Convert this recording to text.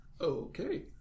Okay